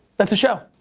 that's the show.